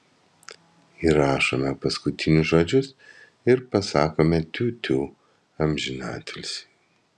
įrašome paskutinius žodžius ir pasakome tiutiū amžinatilsiui